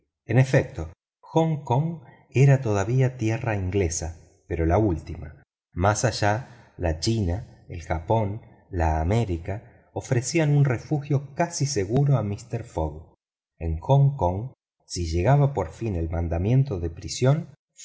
en efecto hong kong era todavía tierra inglesa pero la última más allá la china el japón la américa ofrecían un refugio casi seguro a mister fogg en hong kong si llegaba por fin el mandamiento de prisión